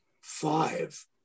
five